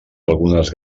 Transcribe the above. algunes